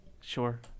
Sure